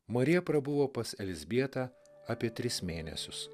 marija prabuvo pas elzbietą apie tris mėnesius